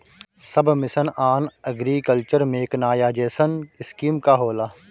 सब mission on agriculture mechanisation scheme का होला?